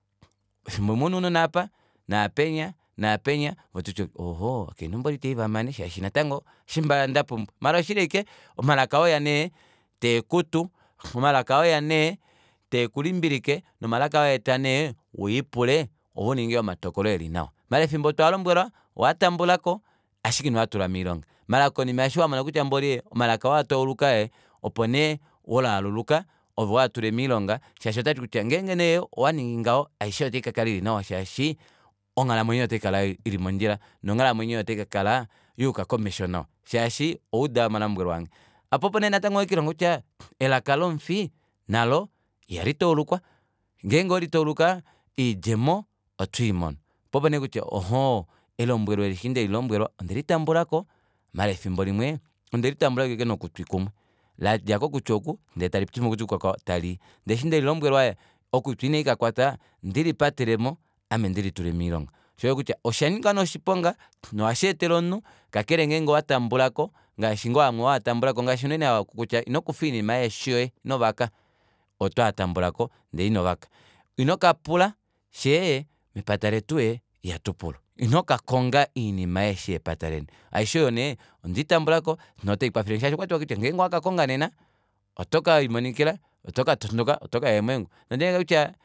Efimbo limwe ouna ounona aapa naapa napenya ove ototi ohh ovakainhu mboli itandivamane shaashi natango ohapeya ndapumbwa maala oshili ashike omalaka oo oheeya nee teekutu omalaka oo eyanee taekulimbilike nomalaka oo ohaeta nee ulipule ove uninge omatoko elinawa maala efimbo twaalombwelwa owaatambulako ashike inwaa tula moilonga maala konima eshi wamona mboli kutya mboli ee omalaka aa owatauluka opo nee holaluluka opo waatule moilonga shashi otwati kutya ngenge nee owaningi ngaho aishe otaikakala ili nawa shaashi onghalamwenyo yoye otaikakala ili mondjila nonghalamwenyo otaikakala yayuka komesho nawa shaashi owauda omalombwelo ange poo opo nee natango wekiilonga kutya elaka lomufi nalo ihali taulukwa ngenge oweli tauluka oidjemo oto imono poo opo nee kutya ohoo elombwelo eli eshi ndeli lombwelwa ondeli tambulako maala efimbo limwe ondelitamubalako ashike nokutwi kumwe ladja kokutwi oku ndee talii kokutwi kukwao ndee eshi ndelilombwelwa ee okutwi ina ndikakwatwa ndili patelemo ame ndilitule moilonga shoo osho kutya oshanyika nee oshiponga nohasheetele omunhu kakele ngenge owatambulako ngaashi ngoo amwe waatambulako ngaashi unene kutya inokufa oinima ihefi yoye inovaka otwaa tambulako ndee inovaka inokapula fyee epatala letu ihatupulu inokakonga oinima ihefi yepataleni aishe oyo nee ondeitambulako notaikwafelenge shaashi okwati kutya ngenge owa kakonga nena otokelimonikila otoka tondoka otokaya eemwengu nonde lineekela kutya